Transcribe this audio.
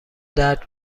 درد